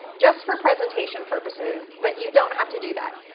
just for presentation purposes. but you don't have to do that.